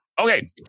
Okay